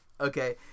okay